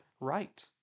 right